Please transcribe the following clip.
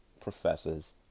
professors